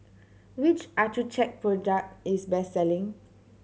which Accucheck product is best selling